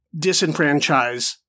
disenfranchise